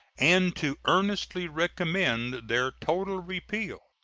and to earnestly recommend their total repeal.